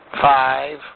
Five